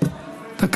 אל תדאגו,